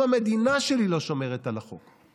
אם המדינה שלי לא שומרת על החוק,